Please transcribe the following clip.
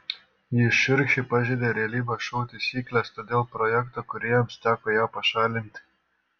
ji šiurkščiai pažeidė realybės šou taisykles todėl projekto kūrėjams teko ją pašalinti